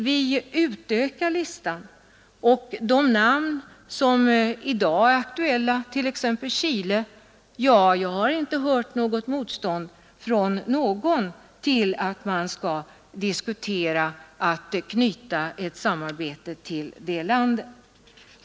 Vi utökar listan, och bland de namn som i dag är aktuella finns t.ex. Chile, och jag har inte hört något motstånd från någon till att man skall diskutera att knyta ett samarbete till det landet.